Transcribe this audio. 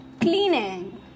cleaning